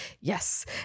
Yes